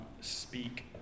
speak